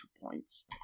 points